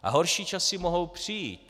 A horší časy mohou přijít.